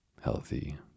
healthy